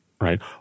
right